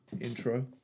intro